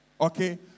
okay